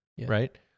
right